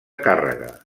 càrrega